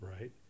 right